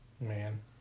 man